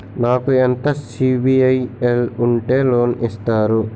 నాకు ఎంత సిబిఐఎల్ ఉంటే లోన్ ఇస్తారు?